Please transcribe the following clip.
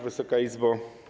Wysoka Izbo!